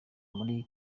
muri